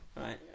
Right